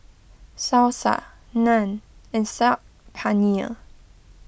Salsa Naan and Saag Paneer